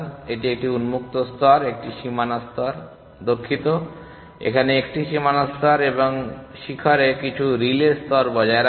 এটি একটি উন্মুক্ত স্তর একটি সীমানা স্তর দুঃখিত এখানে একটি সীমানা স্তর এবং শিখরে কিছু রিলে স্তর বজায় রাখে